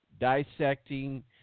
dissecting